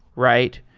right.